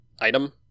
item